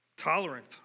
Tolerant